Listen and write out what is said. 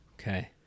Okay